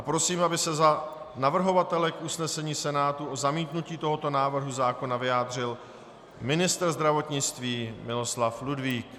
Prosím, aby se za navrhovatele k usnesení Senátu o zamítnutí tohoto návrhu zákona vyjádřil ministr zdravotnictví Miloslav Ludvík.